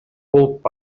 болуп